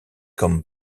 comme